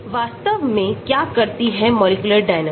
वास्तव में क्या करती है मॉलिक्यूलर डायनेमिक